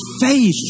faith